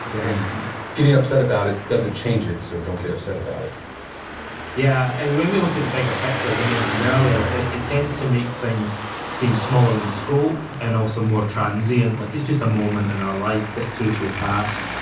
yeah and getting upset about it doesn't change it, so don't get upset about it yeah, and when we look at the bigger picture, as i mentioned earlier, it it tends to make things seem smaller in scope, and also more transient, like it's just a moment in our life, this too shall pass.